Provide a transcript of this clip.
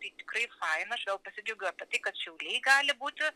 tai tikrai faina aš vėl pasidžiaugiau apie tai kad šiauliai gali būti